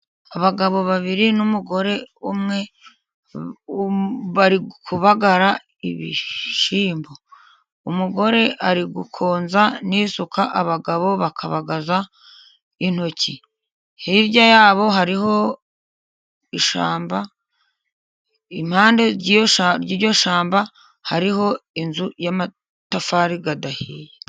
Abagabo babiri n'umugore umwe, bari kubagara ibishyimbo. Umugore ari gukonza n'isuka, abagabo bakabagaza intoki, hirya yabo hariho ishyamba, impande y'iryo shyamba, hariho inzu y'amatafari adahiye.